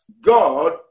God